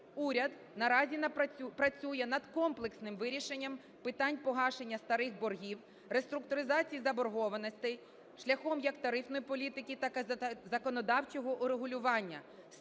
Уряд наразі працює над комплексним вирішенням питань погашення старих боргів, реструктуризації заборгованостей шляхом як тарифної політики, так і законодавчого врегулювання